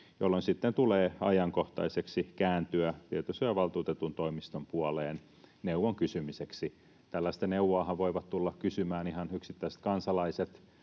sitten tulee ajankohtaiseksi kääntyä tietosuojavaltuutetun toimiston puoleen neuvon kysymiseksi. Tällaista neuvoahan voivat tulla kysymään ihan yksittäiset kansalaiset